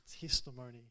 testimony